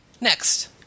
Next